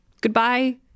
goodbye